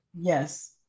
Yes